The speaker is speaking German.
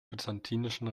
byzantinischen